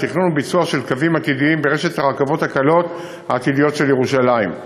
בתכנון וביצוע של קווים עתידיים ברשת הרכבות הקלות העתידיות של ירושלים.